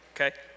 Okay